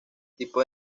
tipo